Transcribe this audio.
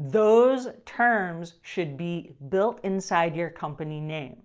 those terms should be built inside your company name.